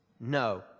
No